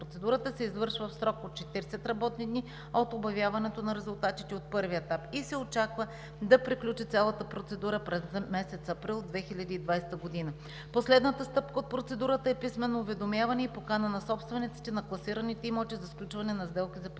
процедурата се извършва в срок от 40 работни дни от обявяването на резултатите от първия етап и се очаква цялата процедура да приключи през месец април 2020 г. Последната стъпка от процедурата е писмено уведомяване и покана на собствениците на класираните имоти за сключване на сделка за